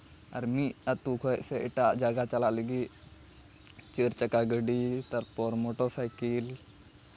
ᱟᱨ ᱢᱤᱫ ᱟᱹᱛᱩ ᱠᱷᱚᱡ ᱥᱮ ᱮᱴᱟᱜ ᱡᱟᱭᱜᱟ ᱪᱟᱞᱟᱜ ᱞᱟᱹᱜᱤᱫ ᱪᱟᱹᱨ ᱪᱟᱠᱟ ᱜᱟᱹᱰᱤ ᱛᱟᱨᱯᱚᱨ ᱢᱚᱴᱚᱨ ᱥᱟᱭᱠᱮᱞ